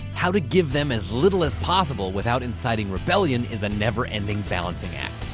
how to give them as little as possible without inciting rebellion is a never-ending balancing act.